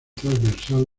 transversal